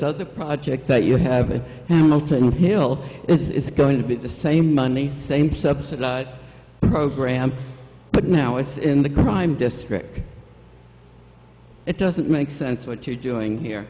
other project that you have it and alton hill this is going to be the same money same subsidized program but now it's in the crime district it doesn't make sense what you're doing here